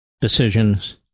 decisions